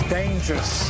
dangerous